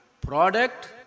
product